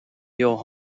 your